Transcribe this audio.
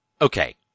okay